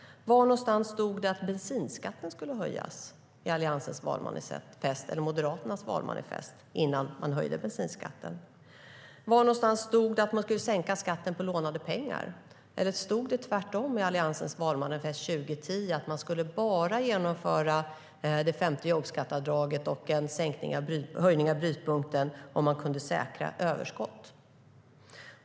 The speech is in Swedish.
Var någonstans i Alliansens valmanifest eller Moderaternas valmanifest stod det att bensinskatten skulle höjas innan man höjde bensinskatten? Var någonstans stod det att man skulle sänka skatten på lånade pengar? Eller stod det tvärtom i Alliansens valmanifest 2010 att man bara skulle genomföra det femte jobbskatteavdraget och en höjning av brytpunkten om man kunde säkra överskott?